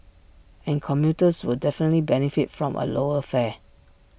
and commuters will definitely benefit from A lower fare